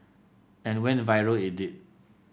and went viral it did